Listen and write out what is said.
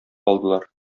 алдылар